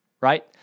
right